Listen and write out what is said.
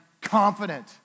confident